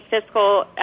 fiscal